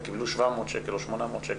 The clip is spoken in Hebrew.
קיבלו 700 שקל או 800 שקל.